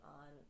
on